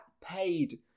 paid